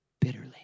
bitterly